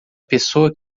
pessoa